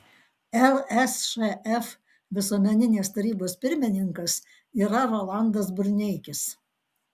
lsšf visuomeninės tarybos pirmininkas yra rolandas burneikis